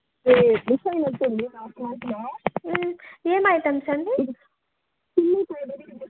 ఇది మిస్ అయినట్టుంది లాస్ట్ మంత్లో ఏం ఐటమ్స్ అండి చిల్లీ పౌడరు